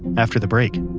after the break